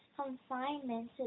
confinement